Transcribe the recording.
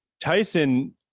Tyson